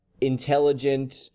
intelligent